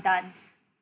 dance